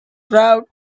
crowd